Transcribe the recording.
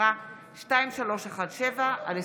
שמספרה פ/2317/24.